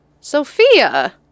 Sophia